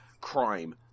crime